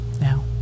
now